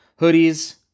hoodies